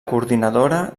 coordinadora